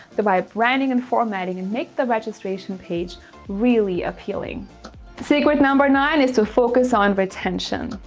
the by branding and formatting and nick, the registration page really appealing secret number nine is to focus on retention.